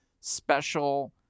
special